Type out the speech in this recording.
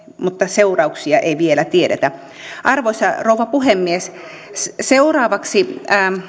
mutta seurauksia ei vielä tiedetä arvoisa rouva puhemies seuraavaksi